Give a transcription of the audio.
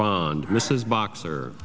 bond mrs boxer